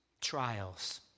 trials